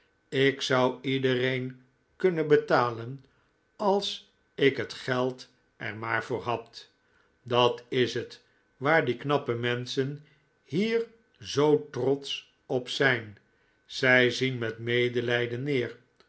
ik zou iedereen kunnen betalen als ik het geld er maar voor had dat is het waar die knappe menschen hier nu zoo trotsch op zijn zij zien met medelijden neer